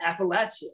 Appalachia